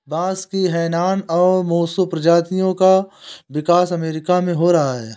बांस की हैनान और मोसो प्रजातियों का विकास अमेरिका में हो रहा है